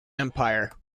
empire